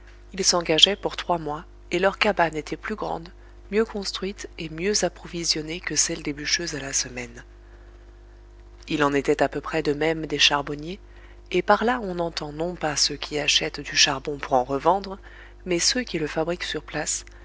ils s'engageaient pour trois mois et leurs cabanes étaient plus grandes mieux construites et mieux approvisionnées que celle des bûcheux à la semaine il en était à peu près de même des charbonniers et par là on entend non pas ceux qui achètent du charbon pour en revendre mais ceux qui le fabriquent sur place